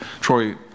Troy